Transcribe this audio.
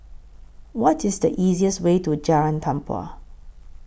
What IS The easiest Way to Jalan Tempua